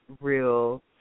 real